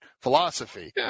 philosophy